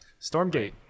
stormgate